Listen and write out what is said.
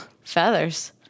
feathers